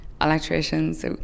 electricians